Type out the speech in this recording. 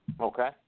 Okay